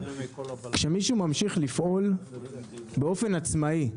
כשמישהו ממשיך לפעול באופן עצמאי,